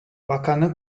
bakanı